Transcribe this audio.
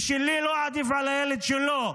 ושלי לא עדיף על הילד שלו,